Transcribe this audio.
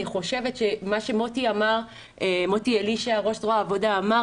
אני חושבת שמה שמוטי אלישע ראש זרוע העבודה אמר,